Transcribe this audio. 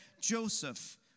Joseph